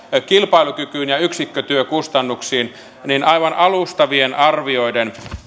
kilpailukykyyn ja yksikkötyökustannuksiin niin aivan alustavien arvioiden